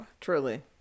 truly